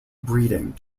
breeding